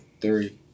three